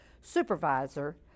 supervisor